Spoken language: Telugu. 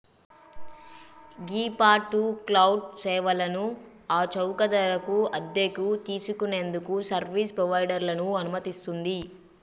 గీ ఫాగ్ టు క్లౌడ్ సేవలను ఆ చౌక ధరకు అద్దెకు తీసుకు నేందుకు సర్వీస్ ప్రొవైడర్లను అనుమతిస్తుంది